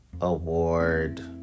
award